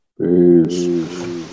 Peace